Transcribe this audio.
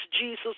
Jesus